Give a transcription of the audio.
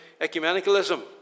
ecumenicalism